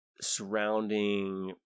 surrounding